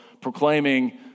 proclaiming